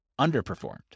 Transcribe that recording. underperformed